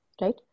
right